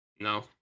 No